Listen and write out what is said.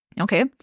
okay